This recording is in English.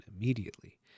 immediately